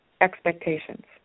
expectations